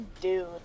dude